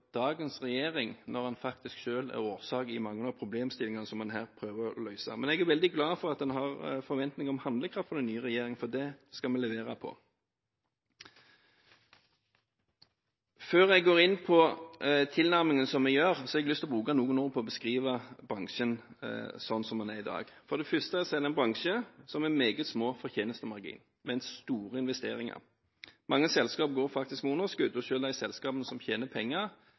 dagens regjering når en faktisk selv er årsaken til mange av problemstillingene som en her prøver å løse. Men jeg er veldig glad for at en har en forventning om handlekraft fra den nye regjeringen, for det skal vi levere på. Før jeg går inn på tilnærmingen vi gjør, har jeg lyst til å bruke noen ord på å beskrive bransjen slik som den er i dag. For det første er det en bransje som har meget små fortjenestemarginer, men store investeringer. Mange selskaper går faktisk med underskudd, og selv de selskapene som tjener penger,